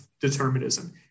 determinism